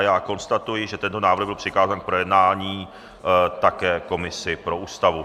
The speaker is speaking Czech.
Já konstatuji, že tento návrh byl přikázán k projednání také komisi pro ústavu.